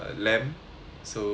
so the